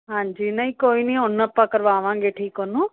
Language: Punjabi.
ਹਾਂਜੀ ਨਹੀਂ ਕੋਈ ਨਹੀਂ ਹੁਣ ਆਪਾਂ ਕਰਵਾਵਾਂਗੇ ਠੀਕ ਉਹਨੂੰ